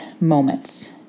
moments